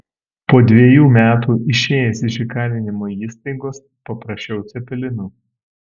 po dvejų metų išėjęs iš įkalinimo įstaigos paprašiau cepelinų